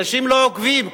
אנשים לא עוקבים,